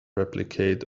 replicate